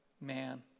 man